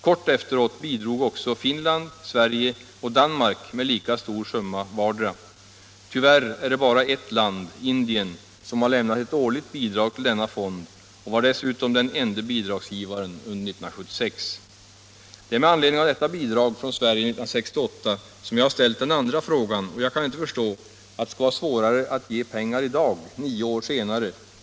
Kort efteråt bidrog också Finland, Sverige och Danmark med en lika stor summa vartdera. Tyvärr är det bara ett land, Indien, som har lämnat ett årligt bidrag till denna fond. Indien var dessutom den enda bidragsgivaren under 1976. Det är med anledning av bidraget från Sverige 1968 som jag har ställt den andra frågan, och jag kan inte förstå att det skall vara svårare att ge pengar i dag, nio år senare.